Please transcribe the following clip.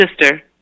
sister